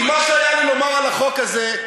כי מה שהיה לי לומר על החוק הזה,